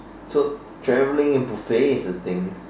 so travelling buffet is a thing